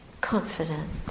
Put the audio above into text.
confident